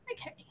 Okay